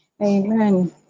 Amen